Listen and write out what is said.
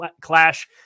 clash